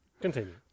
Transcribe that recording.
continue